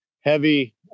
heavy